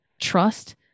trust